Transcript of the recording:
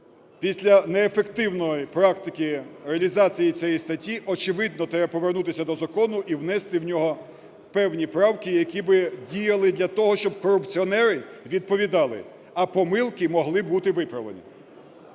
Після неефективної практики реалізації цієї статті, очевидно, треба повернутися до закону і внести в нього певні правки, які б діяли для того, щоб корупціонери відповідали, а помилки могли бути виправлені.